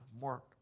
more